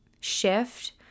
shift